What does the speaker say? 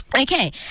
Okay